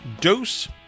dose